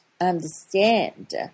understand